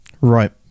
Right